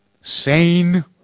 Sane